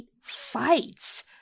fights